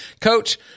Coach